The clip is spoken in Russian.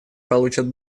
получат